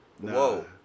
Whoa